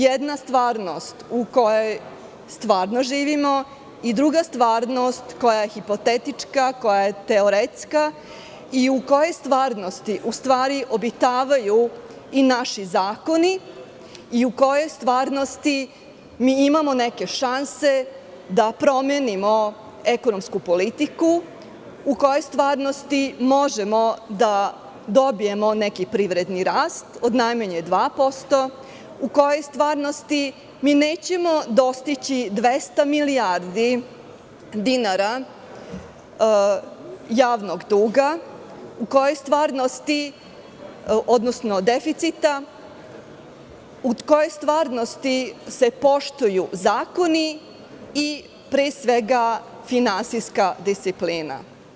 Jedna stvarnost je u kojoj stvarno živimo i druga stvarnost je koja je hipotetička, koja je teoretska i u kojoj stvarnosti obitavaju i naši zakoni i u kojoj stvarnosti mi imamo neke šanse da promenimo ekonomsku politiku, u kojoj stvarnosti možemo da dobijemo neki privredni rast od najmanje 2%, u kojoj stvarnosti nećemo dostići 200 milijardi dinara javnog duga, odnosno deficita, u kojoj stvarnosti se poštuju zakoni i pre svega finansijska disciplina.